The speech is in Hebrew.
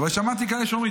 אבל שמעתי כאלה שאומרים,